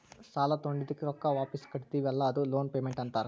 ಸಾಲಾ ತೊಂಡಿದ್ದುಕ್ ರೊಕ್ಕಾ ವಾಪಿಸ್ ಕಟ್ಟತಿವಿ ಅಲ್ಲಾ ಅದೂ ಲೋನ್ ಪೇಮೆಂಟ್ ಅಂತಾರ್